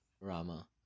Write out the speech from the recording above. Rama